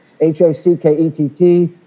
H-A-C-K-E-T-T